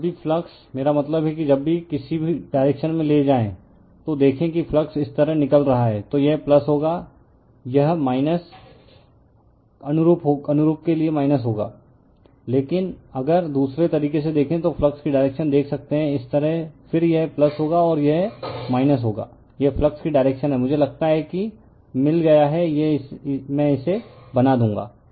तो जब भी फ्लक्स मेरा मतलब है कि जब भी किसी डायरेक्शन में ले जाएं तो देखें कि फ्लक्स इस तरह निकल रहा है तो यह होगा इसके अनुरूप यह है लेकिन अगर दूसरे तरीके से देखें तो फ्लक्स की डायरेक्शन देख सकते हैं इस तरह फिर यह होगा और यह होगा यह फ्लक्स कि डायरेक्शन है मुझे लगता है कि मिल गया है यह मैं इसे बना दूंगा